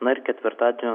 na ir ketvirtadienio